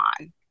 on